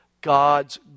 God's